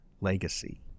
legacy